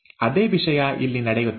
ಅದೇ ವಿಷಯ ಇಲ್ಲಿ ನಡೆಯುತ್ತದೆ